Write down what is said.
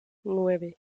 nueve